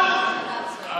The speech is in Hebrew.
בושה וחרפה.